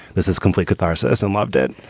this is complete catharsis and loved it.